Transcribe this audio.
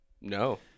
No